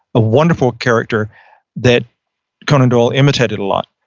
a wonderful character that conan doyle imitated a lot.